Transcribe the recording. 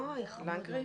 בואו נצרף את מאיר לנקרי.